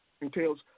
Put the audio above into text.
entails